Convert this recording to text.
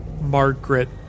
Margaret